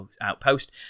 outpost